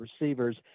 receivers